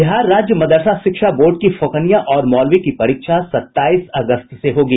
बिहार राज्य मदरसा शिक्षा बोर्ड की फौकनिया और मौलवी की परीक्षा सत्ताईस अगस्त से होगी